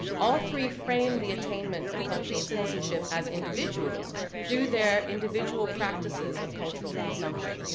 all three frame the attainment of cultural citizenship as individuals through their individual practices of cultural consumption.